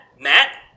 Matt